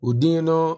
Udino